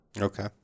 Okay